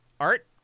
Art